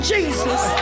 Jesus